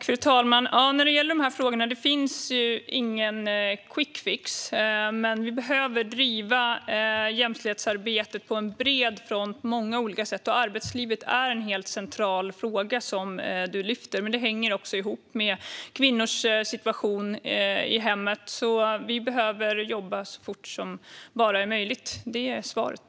Fru talman! När det gäller de här frågorna finns det ingen quickfix. Men vi behöver driva jämställdhetsarbetet på bred front och på många olika sätt. Arbetslivet är en helt central fråga, precis som frågeställaren lyfter fram, men det hänger också ihop med kvinnors situation i hemmet. Vi behöver alltså jobba så fort det bara är möjligt. Det är svaret.